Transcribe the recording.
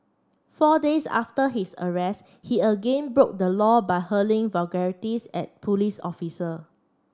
four days after his arrest he again broke the law by hurling vulgarities at police officer